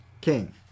king